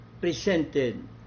presented